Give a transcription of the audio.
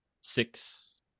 six